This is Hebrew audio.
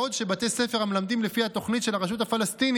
בעוד שבתי ספר המלמדים לפי התוכנית של הרשות הפלסטינית